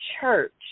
church